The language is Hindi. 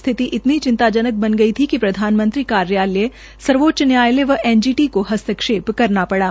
स्थिति इतनी चिंताजनक बन गई थी कि प्रधानमंत्री कार्यालय सर्वोच्च न्यायालय व एन जी टी को हस्तक्षेप करना पड़ा